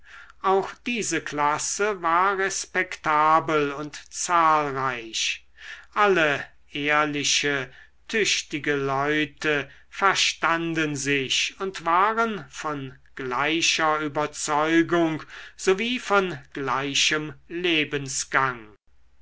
auch diese klasse war respektabel und zahlreich alle ehrliche tüchtige leute verstanden sich und waren von gleicher überzeugung sowie von gleichem